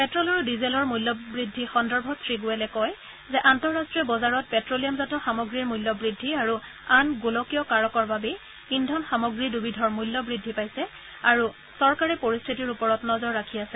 petrol আৰু ডিজেলৰ মূল্যবৃদ্ধি সন্দৰ্ভত শ্ৰী গোৱেলে কয় যে আন্তঃৰাষ্ট্ৰীয় বজাৰত পেট্'লিয়ামজাত সামগ্ৰীৰ মূল্য বৃদ্ধি আৰু আন গোলকীয় কাৰকৰ বাবেই ইন্ধন সামগ্ৰী দুবিধৰ মূল্য বৃদ্ধি পাইছে আৰু চৰকাৰে পৰিস্থিতিৰ ওপৰত নজৰ ৰাখি আছে